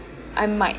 I might